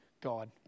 God